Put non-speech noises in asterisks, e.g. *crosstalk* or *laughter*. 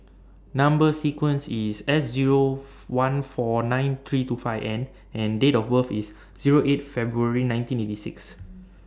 Number sequence IS S Zero *noise* one four nine three two five N and Date of birth IS Zero eight February nineteen eighty six